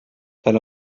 than